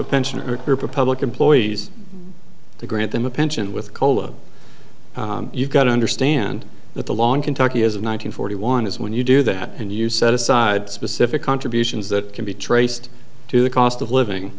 of pensioners or public employees to grant them a pension with cola you've got to understand that the long kentucky is nine hundred forty one is when you do that and you set aside specific contributions that can be traced to the cost of living